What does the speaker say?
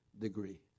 degree